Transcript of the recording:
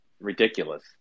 ridiculous